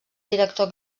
director